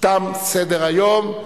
תם סדר-היום,